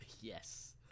Yes